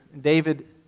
David